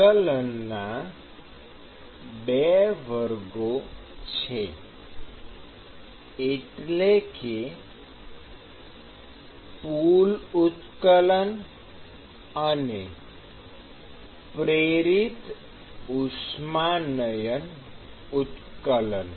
ઉત્કલનના બે વર્ગો છે એટલે કે પૂલ ઉત્કલન અને પ્રેરિત ઉષ્માનયન ઉત્કલન